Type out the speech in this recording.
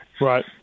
Right